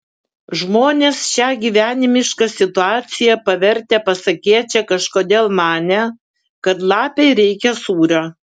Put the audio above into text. žmonės šią gyvenimišką situaciją pavertę pasakėčia kažkodėl manė kad lapei reikia sūrio